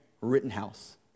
Rittenhouse